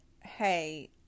Hey